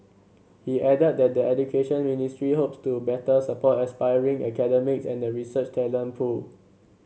he added that the Education Ministry hopes to better support aspiring academics and the research talent pool